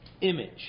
image